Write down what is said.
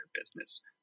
business